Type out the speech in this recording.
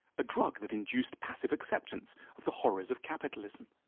a drug that induced passive acceptance of the horrors of capitalism.